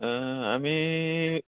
আমি